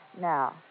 Now